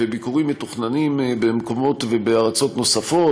וביקורים מתוכננים במקומות ובארצות נוספות.